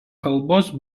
kalbos